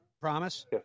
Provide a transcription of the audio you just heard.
Promise